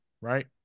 right